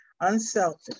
unselfish